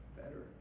better